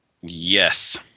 Yes